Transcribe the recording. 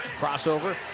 Crossover